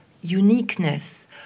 uniqueness